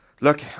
Look